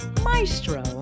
Maestro